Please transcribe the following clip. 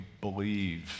believe